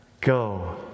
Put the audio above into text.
Go